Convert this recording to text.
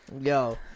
yo